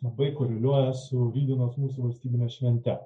labai koreliuoja su vykdoma mūsų valstybine švente